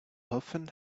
often